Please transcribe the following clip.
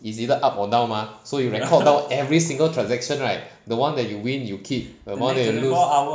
is either up or down mah so you record down every single transaction right the one that you win you keep the one that you lose